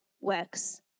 works